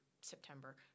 September